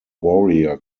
warrior